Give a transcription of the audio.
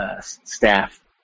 staff